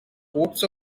coats